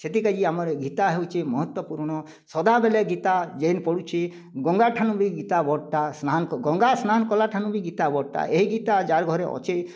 ସେଥି କାଜି ଆମର୍ ଗୀତା ହେଉଛେ ମହତ୍ତ୍ୱପୂର୍ଣ୍ଣ ସଦାବେଲେ ଗୀତା ଜେନ୍ ପଡ଼ୁଛି ଗଙ୍ଗା ଠାନୁ ବି ଗୀତା ବଡ଼ଟା ସ୍ନାନ୍ ଗଙ୍ଗା ସ୍ନାନ୍ କଲା ଠାନୁ ବି ଗୀତା ବଡ଼ଟା ଏହି ଗୀତା ଯାର ଘରେ ଅଛି